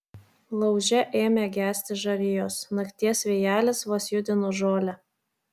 lauže ėmė gesti žarijos nakties vėjelis vos judino žolę